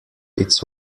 its